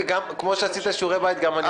כמו שאתה עשית שיעורי בית גם אני עשיתי.